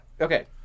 Okay